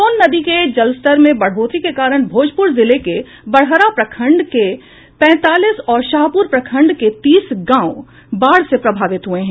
सोन नदी के जलस्तर में बढ़ोतरी के कारण भोजप्र जिले के बड़हरा प्रखंड के पैंतालीस और शाहप्र प्रखंड के तीस गांव बाढ़ से प्रभावित हुये हैं